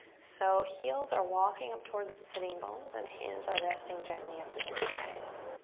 so, heels are walking up towards the sitting bones, and hands are resting gently at the sides.